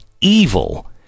evil